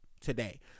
today